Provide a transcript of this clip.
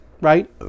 right